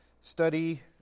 study